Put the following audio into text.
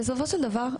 בסופו של דבר,